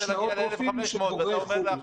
יש מאות רופאים שהם בוגרי חו"ל.